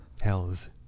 Hells